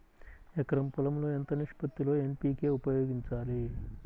ఎకరం పొలం లో ఎంత నిష్పత్తి లో ఎన్.పీ.కే ఉపయోగించాలి?